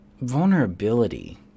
vulnerability